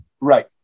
right